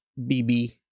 BB